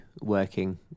working